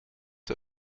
der